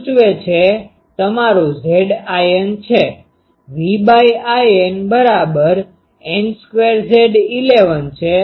આ સૂચવે છે તમારું Zin છે Vl1 બરાબર N2 Z11 છે